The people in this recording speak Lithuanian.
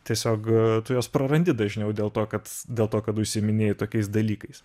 tiesiog tu juos prarandi dažniau dėl to kad dėl to kad užsiiminėji tokiais dalykais